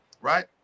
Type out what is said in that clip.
right